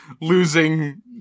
losing